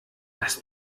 dass